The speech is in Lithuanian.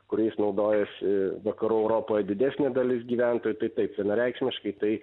kuriais naudojasi vakarų europoje didesnė dalis gyventojų tai taip vienareikšmiškai tai